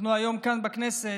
היום כאן בכנסת,